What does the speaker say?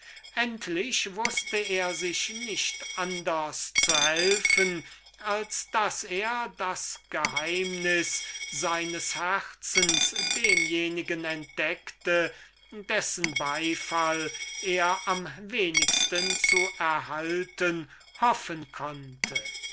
endlich wußte er sich nicht anders zu helfen als daß er das geheimnis seines herzens demjenigen entdeckte dessen beifall er am wenigsten zu erhalten hoffen konnte